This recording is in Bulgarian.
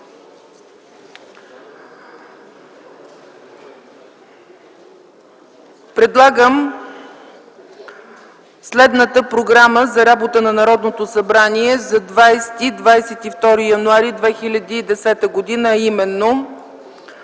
Предлагам следния Проект за програма за работата на Народното събрание за 20-22 януари 2010 г.,